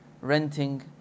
renting